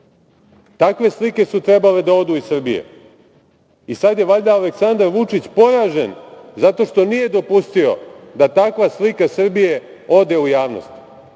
Takve slike su trebale da odu iz Srbije. Sad je valjda Aleksandar Vučić poražen zato što nije dopustio da takva slika Srbije ode u javnost,